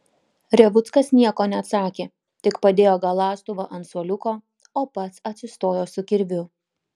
revuckas nieko neatsakė tik padėjo galąstuvą ant suoliuko o pats atsistojo su kirviu